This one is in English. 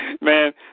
Man